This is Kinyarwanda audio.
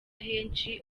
henshi